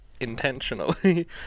intentionally